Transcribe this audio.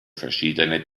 verschiedene